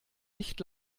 nicht